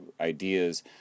ideas